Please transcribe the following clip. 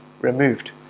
removed